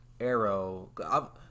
Arrow